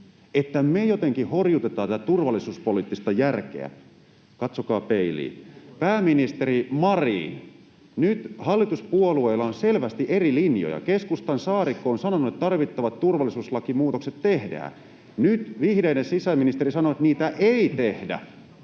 että me jotenkin horjutetaan tätä turvallisuuspoliittista järkeä. Katsokaa peiliin. Pääministeri Marin, nyt hallituspuolueilla on selvästi eri linjoja. Keskustan Saarikko on sanonut, että tarvittavat turvallisuuslakimuutokset tehdään. Nyt vihreiden sisäministeri sanoo, että niitä ei tehdä.